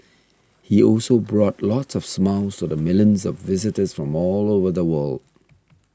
he also brought lots of smiles to the millions of visitors from all over the world